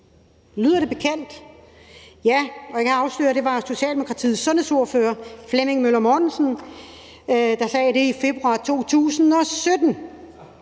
Lyder det bekendt? Ja, og jeg kan afsløre, at det var Socialdemokratiets sundhedsordfører Flemming Møller Mortensen, der sagde det i februar 2017.